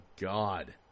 god